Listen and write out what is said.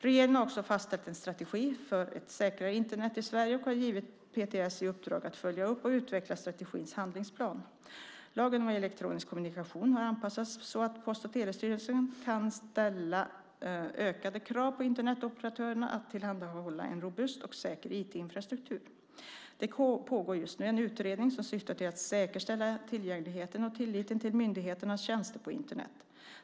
Regeringen har också fastställt en strategi för ett säkrare Internet i Sverige och har givit PTS i uppdrag att följa upp och utveckla strategins handlingsplan. Lagen om elektronisk kommunikation har anpassats så att PTS kan ställa ökade krav på Internetoperatörerna att tillhandahålla en robust och säker IT-infrastruktur. Det pågår just nu en utredning som syftar till att säkerställa tillgängligheten och tilliten till myndigheternas tjänster på Internet.